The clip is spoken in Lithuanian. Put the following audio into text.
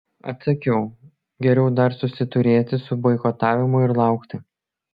atsakiau geriau dar susiturėti su boikotavimu ir laukti